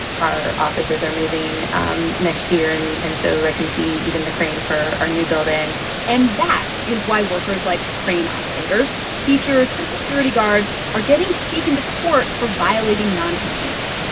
our offices are moving um next year, and and so i can see even the crane for our new building and that is why workers like crane operators, teachers and security guards are getting taken to court for violating non-competes.